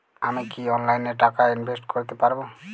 আমি কি অনলাইনে টাকা ইনভেস্ট করতে পারবো?